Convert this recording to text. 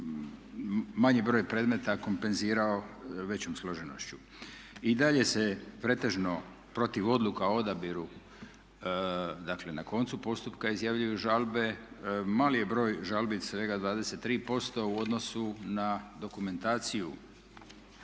manji broj predmeta kompenzirao većom složenošću. I dalje se pretežno protiv odluka o odabiru dakle na koncu postupka izjavljuju žalbe. Mali je broj žalbi, svega 23% u odnosu na dokumentaciju